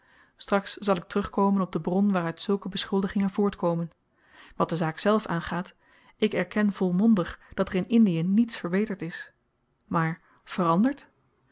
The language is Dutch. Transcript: straks zal ik terugkomen op de bron waaruit zulke beschuldigingen voortkomen wat de zaak zelf aangaat ik erken volmondig dat er in indie niets verbeterd is maar veranderd